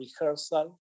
rehearsal